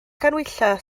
ganhwyllau